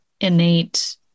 innate